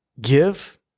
give